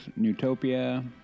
Newtopia